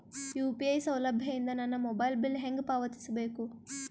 UPI ಸೌಲಭ್ಯ ಇಂದ ನನ್ನ ಮೊಬೈಲ್ ಬಿಲ್ ಹೆಂಗ್ ಪಾವತಿಸ ಬೇಕು?